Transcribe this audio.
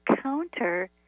counter